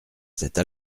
cette